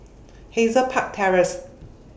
Hazel Park Terrace